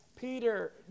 Peter